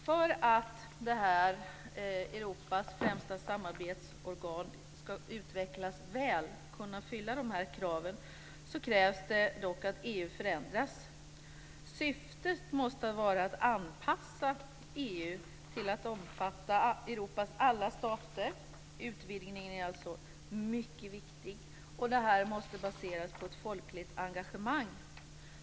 För att Europas främsta samarbetsorgan ska utvecklas väl och uppfylla kraven krävs det att EU förändras. Syftet måste vara att anpassa EU till att omfatta Europas alla stater. Utvidgningen är alltså mycket viktig och den måste baseras på ett folkligt engagemang.